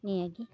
ᱱᱤᱭᱟᱹᱜᱮ